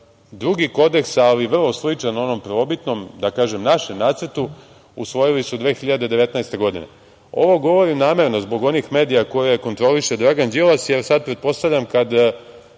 kodeks, ali vrlo sličan onom prvobitnom, da kažem našem nacrtu, usvojili su 2019. godine. Ovo govorim namerno zbog onih medija koje kontroliše Dragan Đilas jer sad pretpostavljam kad